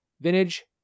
vintage